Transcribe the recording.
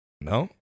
No